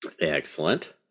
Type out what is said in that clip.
Excellent